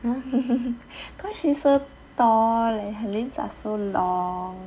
!huh! cause she's tall and her limbs are so long